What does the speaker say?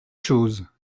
choses